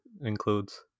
includes